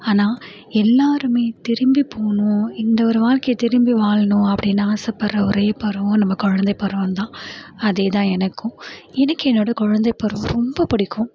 ஆனால் எல்லாருமே திரும்பி போகணும் இந்த ஒரு வாழ்க்கையை திரும்பி வாழணும் அப்படின்னு ஆசைப்படுற ஒரே பருவம் நம்ம குழந்தை பருவந்தான் அதேதான் எனக்கும் எனக்கு என்னோட குழந்தை பருவம் ரொம்ப பிடிக்கும்